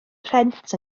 rhent